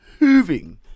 hooving